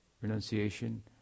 renunciation